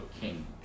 king